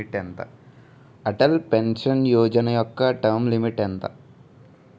Atal pension Yojana యెక్క term limit ఎంత?